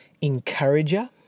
encourager